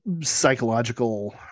psychological